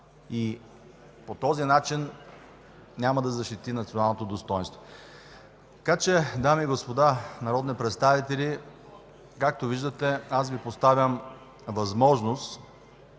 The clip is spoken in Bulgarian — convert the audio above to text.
и по този начин няма да защити националното достойнство. Така че, дами и господа народни представители, както виждате, аз Ви давам възможност